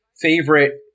favorite